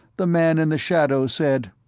the man in the shadows said,